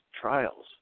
trials